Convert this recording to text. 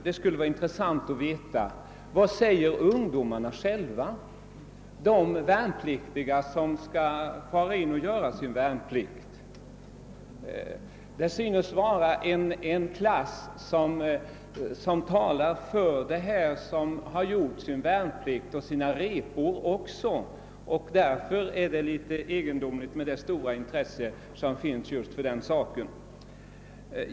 Det skulle vara intressant att få veta vad de ungdomar, som skall göra sin värnplikt, själva anser i denna fråga. De som talar för detta förslag tillhör årsklasser som redan fullgjort sin värnplikt. Det stora intresset för denna sak är därför litet egendomligt.